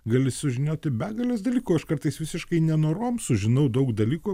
gali sužinoti begales dalykų aš kartais visiškai nenorom sužinau daug dalykų